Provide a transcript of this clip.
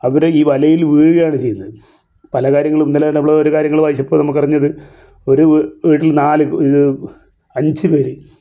അവർ ഈ വലയിൽ വീഴുകയാണ് ചെയ്യുന്നത് പല കാര്യങ്ങൾ ഇന്നലെ നമ്മള് ഒരു കാര്യങ്ങൾ വായിച്ചപ്പോൾ നമുക്കറിഞ്ഞത് ഒരു വീട്ടിൽ നാല് അഞ്ച് പേർ